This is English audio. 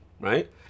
right